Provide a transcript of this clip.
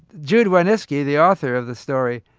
jude wanniski, the author of the story,